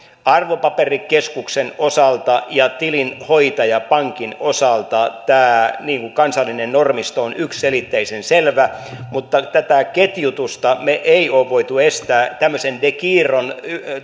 arvopaperikeskuksen osalta ja tilinhoitajapankin osalta kansallinen normisto on yksiselitteisen selvä mutta tätä ketjutusta me emme ole voineet estää tämmöisen degiron